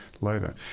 later